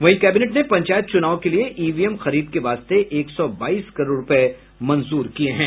वहीं कैबिनेट ने पंचायत चुनाव के लिए ईवीएम खरीद के वास्ते एक सौ बाईस करोड़ रूपये मंजूर किये गये हैं